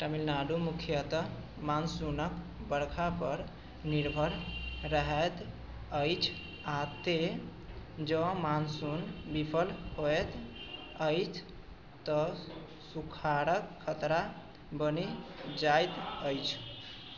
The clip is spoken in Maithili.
तमिलनाडु मुख्यतः मानसूनके बरखापर निर्भर रहैत अछि आओर तेँ जँ मानसून विफल होइत अछि तऽ सुखाड़के खतरा बनि जाइत अछि